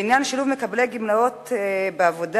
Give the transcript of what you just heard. בעניין שילוב מקבלי גמלאות בעבודה,